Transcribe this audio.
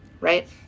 right